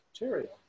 material